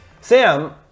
Sam